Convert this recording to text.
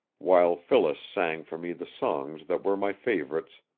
while phyllis sang for me the songs that were my favorites,